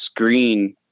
screen